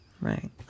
right